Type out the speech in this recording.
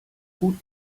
gut